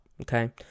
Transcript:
okay